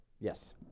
Yes